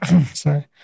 Sorry